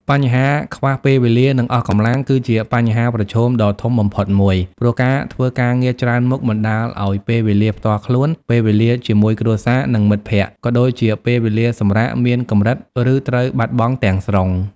បញ្ហាខ្វះពេលវេលា និងអស់កម្លាំងគឺជាបញ្ហាប្រឈមដ៏ធំបំផុតមួយ ព្រោះការធ្វើការងារច្រើនមុខបណ្តាលឱ្យពេលវេលាផ្ទាល់ខ្លួន ពេលវេលាជាមួយគ្រួសារ និងមិត្តភក្តិ ក៏ដូចជាពេលវេលាសម្រាកមានកម្រិត ឬត្រូវបាត់បង់ទាំងស្រុង។